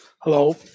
Hello